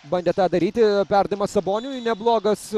bandė tą daryti perdavimas saboniui neblogas